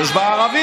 יש בה ערבים,